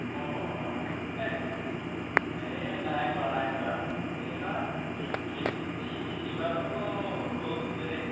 অঁ অঁ এই এই নাই কৰা নাই কৰা হেৰি নহয় এই খেতি এইবাৰটোতো ৰ'দ বেলেগ